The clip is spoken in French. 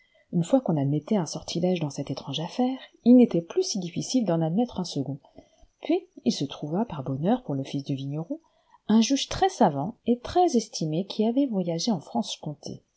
une fois qu'on admettait un sortilège dans cette étrange affaire il n'était plus si difficile d'en admettre un second puis il se trouva par bonheur pour le fils du vigneron un juge très-savant et très estimé qui avait voyagé en franche-comté